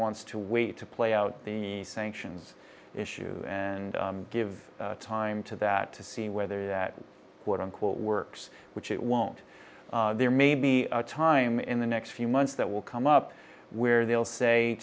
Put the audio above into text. wants to wait to play out the sanctions issue and give time to that to see whether that quote unquote works which it won't there may be time in the next few months that will come up where they'll say